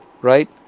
right